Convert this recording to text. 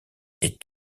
est